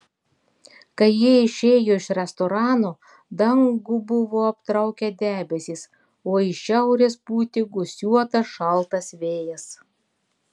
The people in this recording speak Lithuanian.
kai jie išėjo iš restorano dangų buvo aptraukę debesys o iš šiaurės pūtė gūsiuotas šaltas vėjas